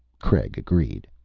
craig agreed.